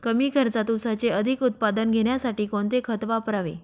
कमी खर्चात ऊसाचे अधिक उत्पादन घेण्यासाठी कोणते खत वापरावे?